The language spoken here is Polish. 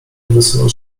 wysunął